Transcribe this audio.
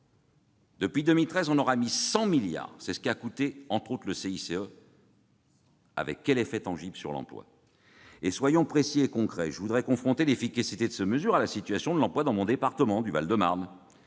Depuis 2013, on aura mis 100 milliards d'euros dans le CICE. Avec quel effet tangible sur l'emploi ? Soyons précis et concrets. Je voudrais confronter l'efficacité de ces mesures à la situation de l'emploi dans mon département du Val-de-Marne.